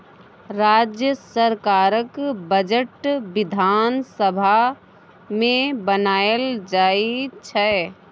राज्य सरकारक बजट बिधान सभा मे बनाएल जाइ छै